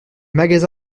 magasins